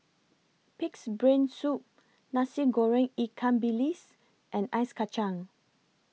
Pig'S Brain Soup Nasi Goreng Ikan Bilis and Ice Kacang